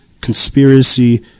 conspiracy